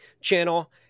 channel